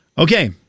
Okay